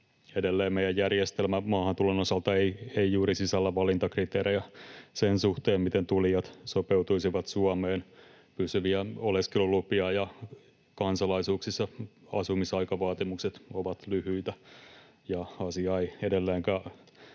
Edelleen meidän järjestelmä maahantulon osalta ei juuri sisällä valintakriteerejä sen suhteen, miten tulijat sopeutuisivat Suomeen. Pysyviä oleskelulupia, kansalaisuuksissa asumisaikavaatimukset ovat lyhyitä, ja asiaa ei edelleenkään